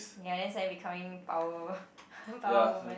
ya that's why you becoming power power woman